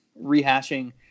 rehashing